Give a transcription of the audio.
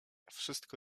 wszystko